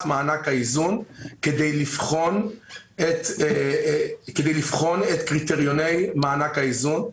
מענק האיזון כדי לבחון את קריטריוני מענק האיזון.